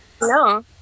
No